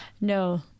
No